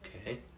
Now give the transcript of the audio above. Okay